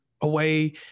away